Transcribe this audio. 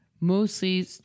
Mostly